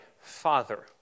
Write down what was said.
father